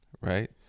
right